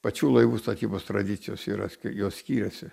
pačių laivų statybos tradicijos yra jos skiriasi